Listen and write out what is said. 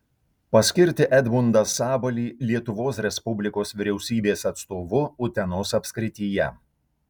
paskirti edmundą sabalį lietuvos respublikos vyriausybės atstovu utenos apskrityje